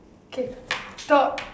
okay thought